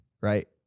right